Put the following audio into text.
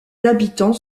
habitants